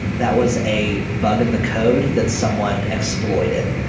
that was a bug in the code that someone exploited.